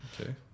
Okay